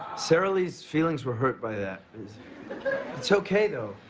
sara lee's feelings were hurt by that. it's okay though.